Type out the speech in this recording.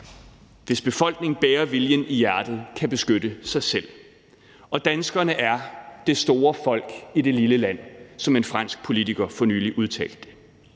hvis befolkning bærer viljen i hjertet, kan beskytte sig selv. Og danskerne er det store folk i det lille land, som en fransk politiker for nylig udtalte.